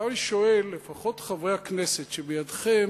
עכשיו אני שואל: לפחות חברי הכנסת, שבידכם,